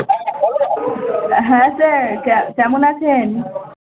হ্যাঁ স্যার কে কেমন আছেন